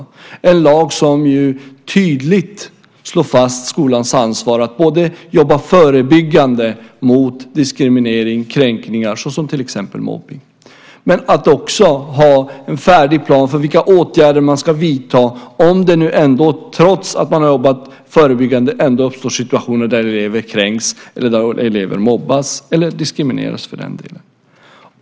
Det är en lag som tydligt slår fast skolans ansvar att jobba förebyggande mot diskriminering och kränkningar, såsom mobbning, men också att ha en färdig plan för vilka åtgärder man ska vidta om det, trots att man har jobbat förebyggande, uppstår situationer där elever kränks, mobbas eller diskrimineras.